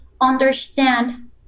understand